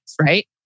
right